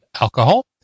alcohol